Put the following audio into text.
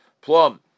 plum